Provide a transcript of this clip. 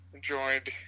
Joined